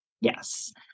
Yes